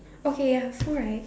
okay ya so right